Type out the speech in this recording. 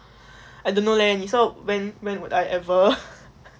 I don't know leh 你说 when when will I ever